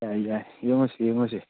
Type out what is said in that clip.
ꯌꯥꯏ ꯌꯥꯏ ꯌꯦꯡꯉꯨꯁꯤ ꯌꯦꯡꯉꯨꯁꯤ